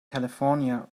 california